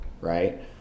Right